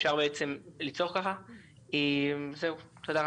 תודה רבה.